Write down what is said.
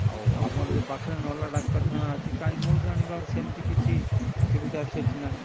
ଆଉ ଆମର ଯେ ପାଖରେ ନର୍ଲା ଡାକ୍ତରଖାନା ଅଛି କାଇଁ ମୋ ଜାଣିବାରେ ସେମିତି କିଛି ସୁବିଧା ସେଠି ନାହିଁ